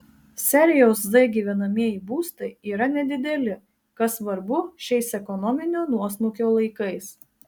serijos z gyvenamieji būstai yra nedideli kas svarbu šiais ekonominio nuosmukio laikais